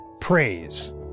praise